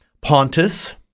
Pontus